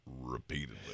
repeatedly